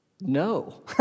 No